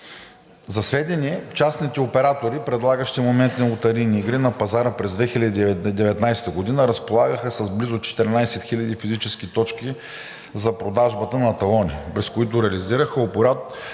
За сведение частните оператори, предлагащи моментни лотарийни игри на пазара през 2019 г. разполагаха с близо 14 хиляди физически точки за продажбата на талони, през които реализираха оборот